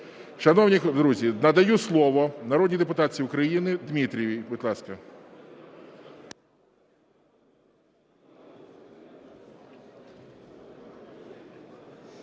Шановні друзі, надаю слово народній депутатці України Дмитрієвій, будь ласка.